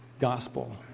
gospel